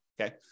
okay